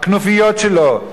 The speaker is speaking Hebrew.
הכנופיות שלו,